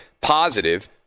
positive